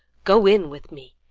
go in with me,